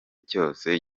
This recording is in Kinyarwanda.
cyose